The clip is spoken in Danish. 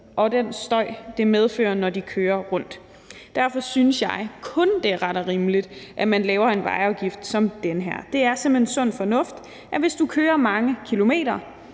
og den støj, det medfører, når de kører rundt. Derfor synes jeg kun, det er ret og rimeligt, at man laver en vejafgift som den her. Det er simpelt hen sund fornuft, at hvis du kører mange kilometer